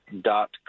dot